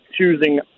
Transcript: choosing